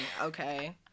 Okay